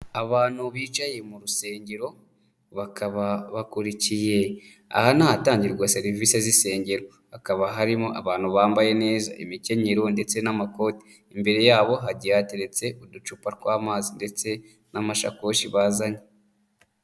Abantu bicaye mu rusengero bakaba bakurikiye aha ni ahatangirwa serivisi z'insengero hakaba harimo abantu bambaye neza imikenyero ndetse n'amakoti, imbere yabo hateretse uducupa tw'amazi ndetse n'amashakoshi bazanye.